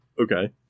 Okay